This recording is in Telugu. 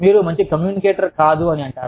మీరు మంచి కమ్యూనికేటర్ కాదు అంటారు